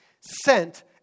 sent